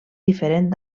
diferent